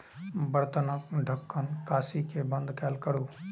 बर्तनक ढक्कन कसि कें बंद कैल करू